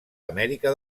amèrica